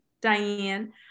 Diane